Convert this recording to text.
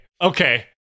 okay